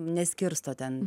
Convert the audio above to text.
neskirsto ten